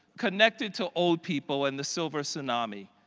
connected to old people in the silver tsunami.